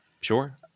Sure